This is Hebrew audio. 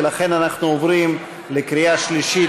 ולכן אנחנו עוברים לקריאה שלישית.